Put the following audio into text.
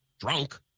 drunk